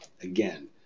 Again